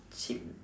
cheem